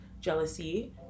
jealousy